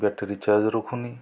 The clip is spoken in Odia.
battery charge ରଖୁନି